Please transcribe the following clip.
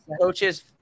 coaches